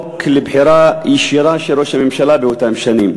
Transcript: לבחירה ישירה של ראש הממשלה באותן שנים.